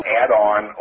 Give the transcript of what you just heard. add-on